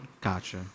Gotcha